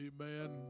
amen